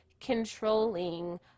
controlling